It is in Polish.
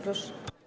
Proszę.